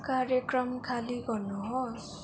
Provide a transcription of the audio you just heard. कार्यक्रम खाली गर्नुहोस्